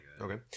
Okay